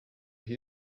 here